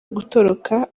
gutoroka